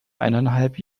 eineinhalb